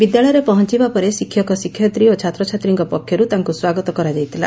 ବିଦ୍ୟାଳୟରେ ପହଞ୍ ବା ପରେ ଶିକ୍ଷକ ଶିକ୍ଷୟିତ୍ରୀ ଓ ଛାତ୍ରଛାତ୍ରୀଙ୍କ ପକ୍ଷରୁ ତାଙ୍କୁ ସ୍ୱାଗତ କରାଯାଇଥିଲା